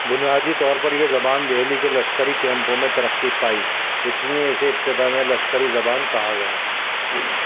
بنیادی طور پر یہ زبان دہلی کے لشکری کیمپوں میں ترقی پائی اس لیے اسے ابتدا میں لشکری زبان کہا گیا